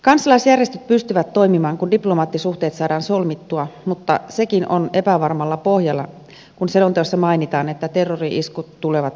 kansalaisjärjestöt pystyvät toimimaan kun diplomaattisuhteet saadaan solmittua mutta sekin on epävarmalla pohjalla kun selonteossa mainitaan että terrori iskut tulevat jatkumaan